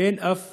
אין שום